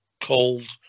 cold